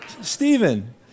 Stephen